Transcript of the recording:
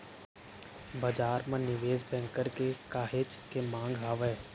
बजार म निवेस बेंकर के काहेच के मांग हावय